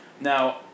Now